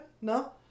No